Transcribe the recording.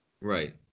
Right